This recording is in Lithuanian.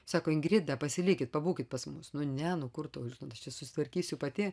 sako ingrida pasilikit pabūkit pas mus nu ne nu kur tau žinot aš čia susitvarkysiu pati